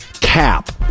cap